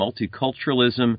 Multiculturalism